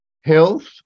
Health